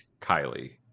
Kylie